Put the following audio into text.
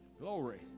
Glory